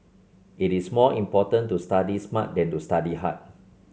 it is more important to study smart than to study hard